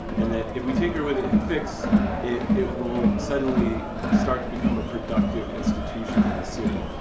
and that if we tinker with it and fix it, it will suddenly start to become a productive institution in this city.